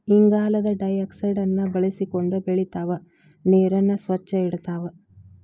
ಇಂಗಾಲದ ಡೈಆಕ್ಸೈಡ್ ಬಳಸಕೊಂಡ ಬೆಳಿತಾವ ನೇರನ್ನ ಸ್ವಚ್ಛ ಇಡತಾವ